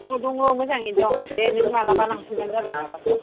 दङ दङ मोजाङै दं दे नों मालाबा लांफैबानो जाबाय माबाखौ